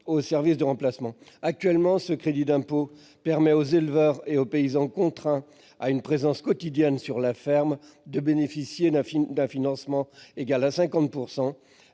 au service de remplacement. Actuellement, grâce à ce crédit d'impôt, les éleveurs et paysans contraints à une présence quotidienne sur la ferme peuvent bénéficier d'un financement égal à 50